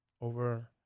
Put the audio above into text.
over